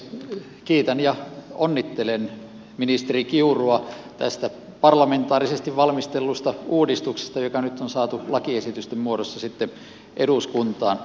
kiitän ja onnittelen ministeri kiurua tästä parlamentaarisesti valmistellusta uudistuksesta joka nyt on saatu lakiesitysten muodossa sitten eduskuntaan